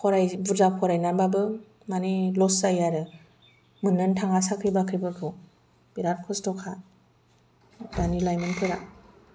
फराय बुरजा फरायनानैबाबो माने लस जायो आरो मोननोनो थाङा साख्रि बाख्रिफोरखौ बिराद खसथ'खा दानि लाइमोनफोरा